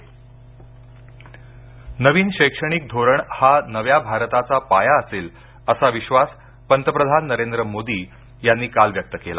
मोदी नवीन शैक्षणिक धोरण हा नव्या भारताचा पाया असेल असा विश्वास पंतप्रधान नरेंद्र मोदी यांनी काल व्यक्त केला